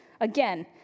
again